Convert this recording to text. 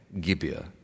Gibeah